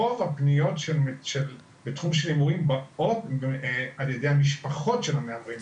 רוב הפניות בתחום ההימורים באות על ידי המשפחות של המהמרים.